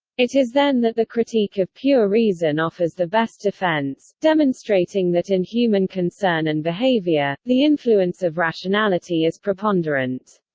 it is then that the critique of pure reason offers the best defense, demonstrating that in human concern and behavior, the influence of rationality is preponderant.